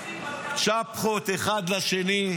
צ'פחות אחד לשני.